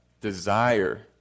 desire